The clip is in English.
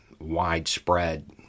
widespread